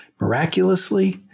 miraculously